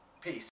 peace